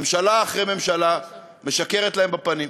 ממשלה אחרי ממשלה משקרת להם בפנים,